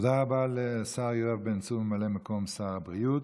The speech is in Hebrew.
תודה רבה לשר יואב בן צור, ממלא מקום שר הבריאות.